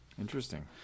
Interesting